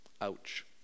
Ouch